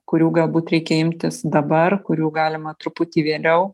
kurių galbūt reikia imtis dabar kurių galima truputį vėliau